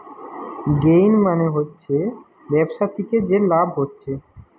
gain মানে হচ্ছে ব্যবসা থিকে যে লাভ হচ্ছে